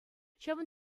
ҫавӑн